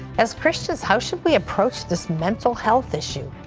as christians, how should we approach this mental health issue?